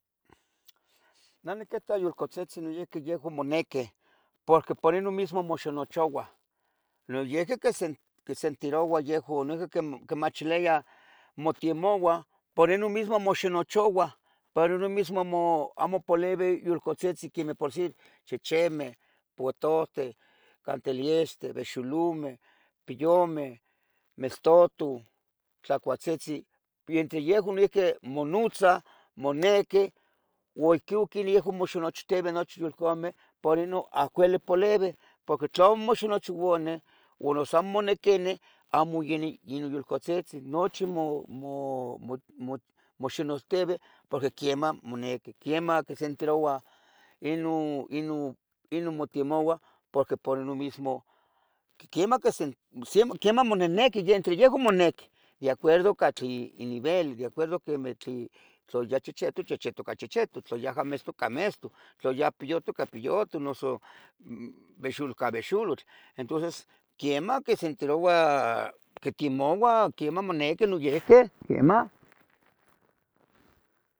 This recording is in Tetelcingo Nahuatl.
Neh niquita yulcatzitzi noihqui yehua moniquih, porque por ino mismo moxinochouah, niyihqui quisent, quisentirouah yehuan, niyihqui quimachiliah motemouah, por ino mismo moxinochouah, por ino mismo amo polibi yulcatzitzi, quemeh por decir chichimeh poitohteh, cantiliexteh, behxolumeh, piyumeh, mestutoh tle cualtzitzi entre yehua noihqui monotzah, moniquih ua ihqui iuhqqui yehua moxinochtibeh nochi yulcameh para non acobili polibih, porqui tlamo moxinochuaih ua noso amo moniquinih amo ini ino yulcatzitzi nochi mo, mo, moxinochtibeh porqui quiemah monequih, quiemah icsentirouah ino, ino, ino motemouah porqui por ino mismo, quiemah quisent, quiemah monehniquih entre yehua monequih de acuerdo catli inivel de acuerdo quemeh tli, tla yeh chechetu chechetu ca chechetu, tla yaha mestu ca mestu, tla yeh piyutoh ca piyutoh, noso behxulotl ca behxulotl entonces quiemah quisentiroua quitemoua, quiemah monequih noyehqui quiemah